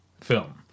film